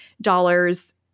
dollars